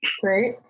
Great